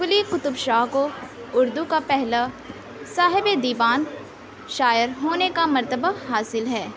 قلی قطب شاہ کو اُردو کا پہلا صاحب دیوان شاعر ہونے کا مرتبہ حاصل ہے